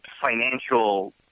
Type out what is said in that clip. financial